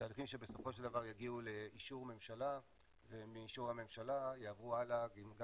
יגיעו לאישור ממשלה ומאישור הממשלה יעברו הלאה וגם